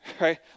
right